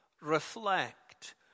Reflect